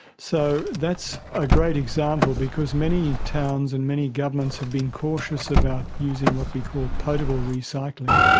so that's a great example because many towns and many governments have been cautious about using what we call potable recycling,